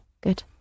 Good